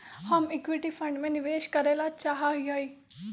हम equity fund में निवेश करे ला चाहा हीयी